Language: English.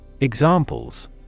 Examples